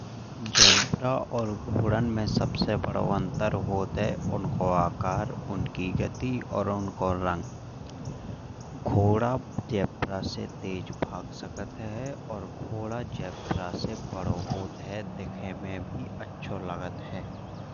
ज़ेबरा और घोड़न में सबसे बड़ा अंतर होत है उनको आका। उनकी गति और उनको रंग। घोड़ा ज़ेबरा से तेज भाग सकत है और घोड़ा ज़ेबरा से बड़ा होत है। दिखने में भी अच्छा लागत है।